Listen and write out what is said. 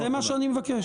זה מה שאני מבקש.